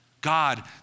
God